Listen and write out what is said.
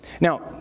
Now